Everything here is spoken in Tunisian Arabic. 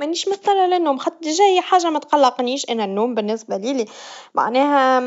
منيش محتاجا للنوم, خاط جاي حاجا متقلقنيش, أنا النوم بالنسبا لي معناه